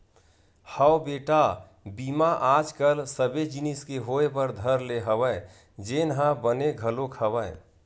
हव बेटा बीमा आज कल सबे जिनिस के होय बर धर ले हवय जेनहा बने घलोक हवय